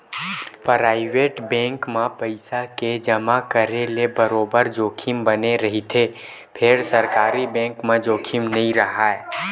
private bank म पइसा के जमा करे ले बरोबर जोखिम बने रहिथे फेर सरकारी बेंक म जोखिम नइ राहय